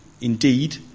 indeed